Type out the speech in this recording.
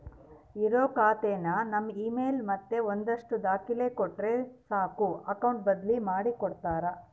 ಇರೋ ಖಾತೆನ ನಮ್ ಇಮೇಲ್ ಮತ್ತೆ ಒಂದಷ್ಟು ದಾಖಲೆ ಕೊಟ್ರೆ ಸಾಕು ಅಕೌಟ್ ಬದ್ಲಿ ಮಾಡಿ ಕೊಡ್ತಾರ